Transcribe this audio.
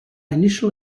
initial